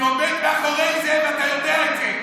אני עומד מאחורי זה, ואתה יודע את זה.